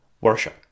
worship